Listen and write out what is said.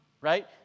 Right